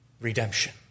redemption